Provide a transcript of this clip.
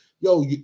yo